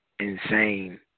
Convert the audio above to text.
insane